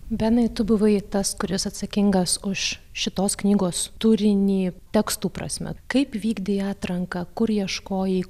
benai tu buvai tas kuris atsakingas už šitos knygos turinį tekstų prasmę kaip vykdei atranką kur ieškojai